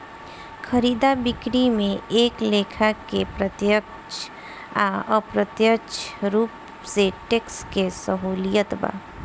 खरीदा बिक्री में एक लेखा के प्रत्यक्ष आ अप्रत्यक्ष रूप से टैक्स के सहूलियत बा